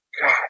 God